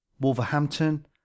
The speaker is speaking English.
Wolverhampton